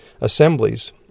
assemblies